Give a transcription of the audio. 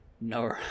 No